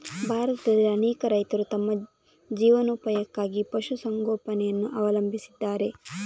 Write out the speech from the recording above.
ಭಾರತದಲ್ಲಿ ಅನೇಕ ರೈತರು ತಮ್ಮ ಜೀವನೋಪಾಯಕ್ಕಾಗಿ ಪಶು ಸಂಗೋಪನೆಯನ್ನು ಅವಲಂಬಿಸಿದ್ದಾರೆ